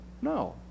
no